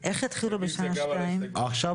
כי החלטות כאלה גם